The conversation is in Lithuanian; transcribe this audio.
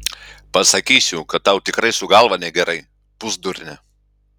pasakysiu kad tau tikrai su galva negerai pusdurne